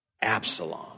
Absalom